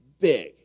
big